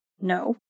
No